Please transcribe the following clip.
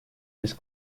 this